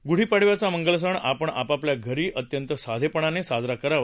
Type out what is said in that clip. ग्ढी पाडव्याचा मंगल सण आपण आपापल्या घरी अत्यंत साधेपणाने साजरा करावा